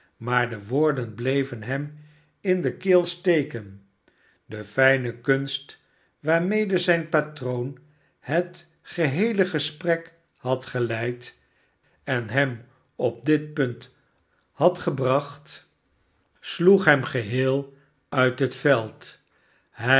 maar de woorden bleven hem in de keel steken de fijne kunst waarmede zijn patroon het geheele gesprek had geleid en hem op dit punt had gebracht sloeg hem geheel uit het veld hij